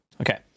Okay